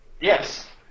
Yes